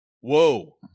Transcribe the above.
Whoa